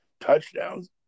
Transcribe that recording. touchdowns